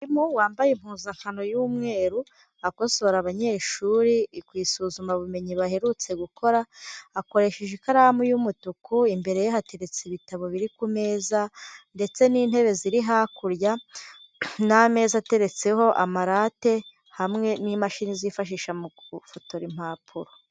Umwarimu wambaye impuzankano y'umweru akosora abanyeshuri ku isuzumabumenyi baherutse gukora, akoresheje ikaramu y'umutuku, imbere ye hateretse ibitabo biri ku meza ndetse n'intebe ziri hakurya n'ameza ateretseho amarate, hamwe n'imashini zifashisha mu gufotora impapuro.